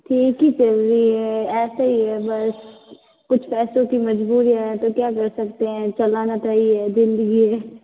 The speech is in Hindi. ठीक ही चल रही है ऐसे ही है बस कुछ पैसों की मजबूरी है तो क्या कर सकते हैं चलाना तो है ही है जिंदगी है